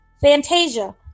Fantasia